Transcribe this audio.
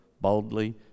boldly